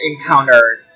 encountered